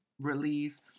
release